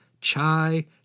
chai